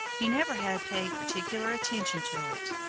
he never had paid particular attention to it.